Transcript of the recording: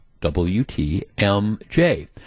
WTMJ